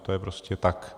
To je prostě tak.